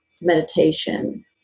meditation